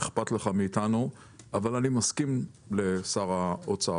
אכפת לך מאיתנו, אבל אני מסכים עם שר האוצר.